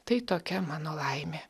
tai tokia mano laimė